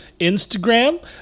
Instagram